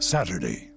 Saturday